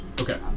Okay